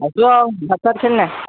আছোঁ আৰু ভাত চাত খালি নাই